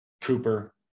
Cooper